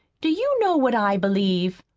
do you know what i believe?